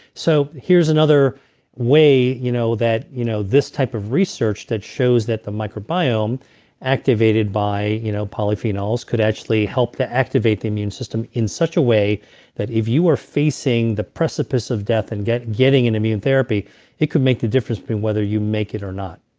so here's another way you know that you know this type of research that shows that the microbiome activated by you know polyphenols could actually help to activate the immune system in such a way that if you were facing the precipice of death and getting an immune therapy it could make the difference between whether you make it or not